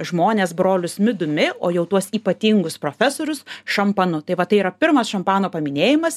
žmones brolius midumi o jau tuos ypatingus profesorius šampanu tai va tai yra pirmas šampano paminėjimas